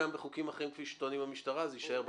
ברישוי עסקים יש לנו